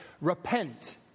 repent